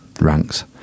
ranks